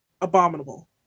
Abominable